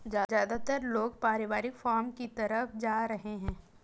ज्यादातर लोग पारिवारिक फॉर्म की तरफ जा रहै है